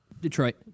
Detroit